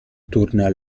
tourna